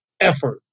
effort